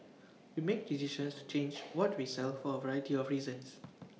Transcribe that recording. we make decisions to change what we sell for A variety of reasons